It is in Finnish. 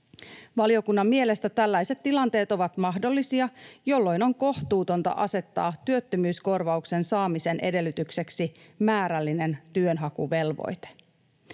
Valiokunnan mielestä tällaiset tilanteet ovat mahdollisia, jolloin on kohtuutonta asettaa työttömyyskorvauksen saamisen edellytykseksi määrällinen työnhakuvelvoite.